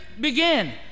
Begin